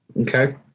Okay